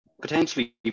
potentially